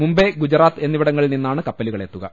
മുംബൈ ഗുജറാത്ത് എന്നിവിടങ്ങളിൽ നിന്നാണ് കപ്പലുകളെത്തുക